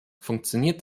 funktioniert